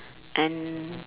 and